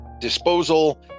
disposal